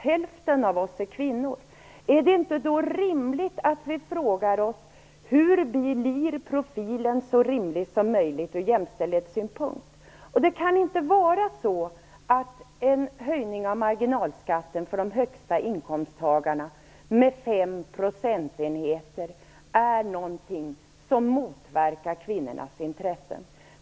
Hälften av oss är kvinnor. Är det då inte rimligt att vi frågar oss hur profilen blir så rimlig som möjligt från jämställdhetssynpunkt? Det kan inte vara så att en höjning av marginalskatten med fem procentenheter för dem som har de högsta inkomsterna är något som motverkar kvinnornas intressen.